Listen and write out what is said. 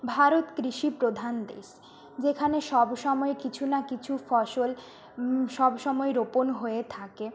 ভারত কৃষি প্রধান দেশ যেখানে সবসময় কিছু না কিছু ফসল সবসময় রোপণ হয়ে থাকে